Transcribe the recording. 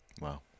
Wow